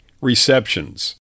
receptions